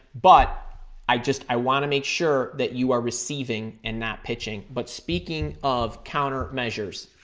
but i just, i want to make sure that you are receiving and not pitching. but speaking of counter measures,